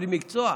בלי מקצוע,